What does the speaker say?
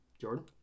Jordan